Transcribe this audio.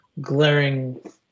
glaring